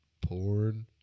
porn